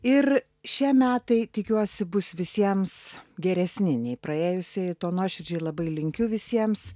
ir šie metai tikiuosi bus visiems geresni nei praėjusieji to nuoširdžiai labai linkiu visiems